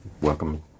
welcome